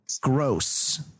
gross